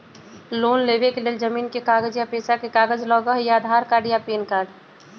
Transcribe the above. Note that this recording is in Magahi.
लोन लेवेके लेल जमीन के कागज या पेशा के कागज लगहई या आधार कार्ड या पेन कार्ड?